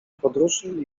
podróży